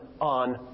on